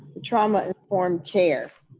the trauma informed care.